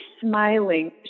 smiling